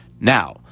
Now